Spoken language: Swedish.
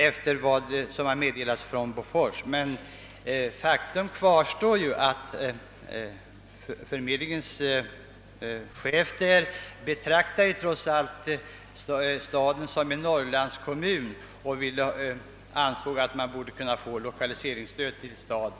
Efter vad som nu meddelats från Bofors kan man i dag givetvis säga att det hade varit bättre att vänta, men faktum kvarstår att chefen för arbetsförmedlingen i Karlskoga betraktar staden som en norrlandskommun. Han har därför den uppfattningen att man borde kunna få lokaliseringsstöd till staden.